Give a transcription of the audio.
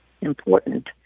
important